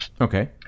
Okay